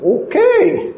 Okay